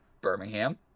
birmingham